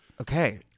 Okay